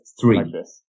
three